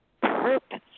purpose